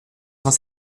cent